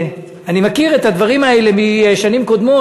אני מכיר את הדברים האלה משנים קודמות,